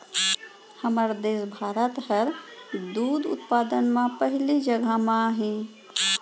हमर देस भारत हर दूद उत्पादन म पहिली जघा म हे